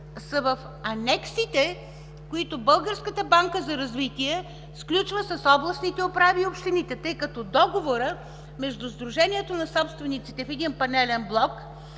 са в анексите, които Българската банка за развитие сключва с областните управи и общините, тъй като договорът между сдружението на собствениците в един панелен блок,